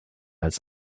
als